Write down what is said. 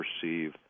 perceive